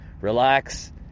relax